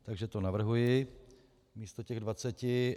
Takže to navrhuji místo těch dvaceti.